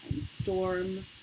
storm